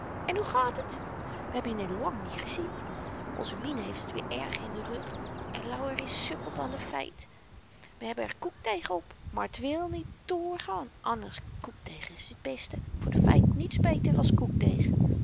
en hoe gaat het we hebben je n in lang niet gezien onze mine heeft t weer erg in den rug en louweris sukkelt aan de fyt we hebben er koekdeeg op maar t wil niet drgaan anders koekdeeg is t beste voor de fyt niets beter